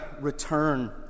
return